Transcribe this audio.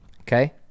Okay